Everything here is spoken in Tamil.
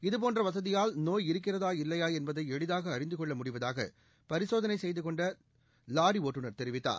இதுபோன்ற வசதியால் நோய் இருக்கிறதா இல்லையா என்பதை எளிதாக அறிந்து கொள்ள முடிவதாக பரிசோதனை செய்து கொண்ட லாரி ஓட்டுநர் தெரிவித்தார்